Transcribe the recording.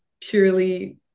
purely